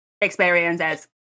experiences